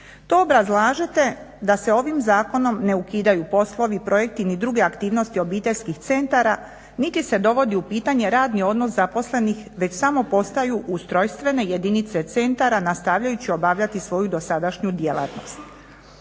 To obrazlažete da se ovim zakonom ne ukidaju poslovi, projekti, ni druge aktivnosti obiteljskih centara niti se dovodi u pitanje radni odnos zaposlenih već samo postaju ustrojstvene jedinice centara nastavljajući obavljati svoju dosadašnju djelatnost.